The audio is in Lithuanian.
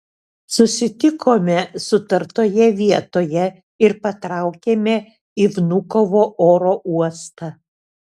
susitikome sutartoje vietoje ir patraukėme į vnukovo oro uostą